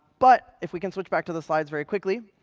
but if we can switch back to the slides very quickly.